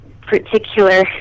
particular